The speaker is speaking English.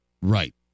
Right